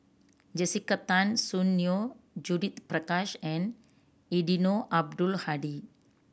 Jessica Tan Soon Neo Judith Prakash and Eddino Abdul Hadi